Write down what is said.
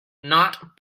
not